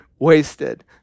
Wasted